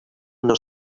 their